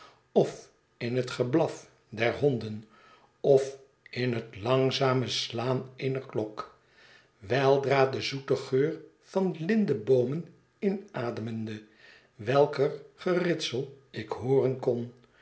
of in het geblaf der honden of in het langzame slaan eener klok weldra den zoeten geur van lindeboomen inademende welker geritsel ik hooren kon